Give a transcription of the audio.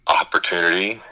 opportunity